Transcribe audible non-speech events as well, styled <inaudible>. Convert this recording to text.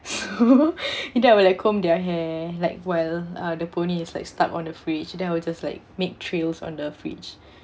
so <laughs> and I would like comb their hair like while uh the pony was like stuck on the fridge then I will just like make trails on the fridge